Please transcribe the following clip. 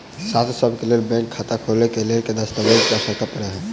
छात्रसभ केँ लेल बैंक खाता खोले केँ लेल केँ दस्तावेज केँ आवश्यकता पड़े हय?